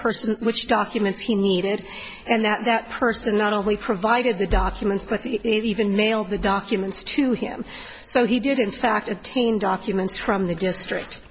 person which documents he needed and that that person not only provided the documents but even mailed the documents to him so he did in fact attain documents from the district